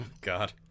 god